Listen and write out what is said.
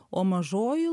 o mažoji